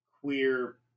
Queer